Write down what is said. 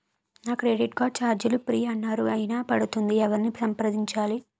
నా credit card ఛార్జీలు free అన్నారు అయినా పడుతుంది ఎవరిని సంప్రదించాలి?